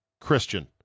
Christian